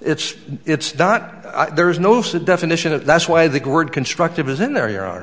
it's it's not there is no set definition of that's why the grid constructive is in their ear